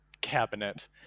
cabinet